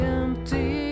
empty